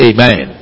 Amen